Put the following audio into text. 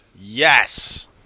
Yes